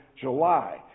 July